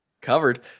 covered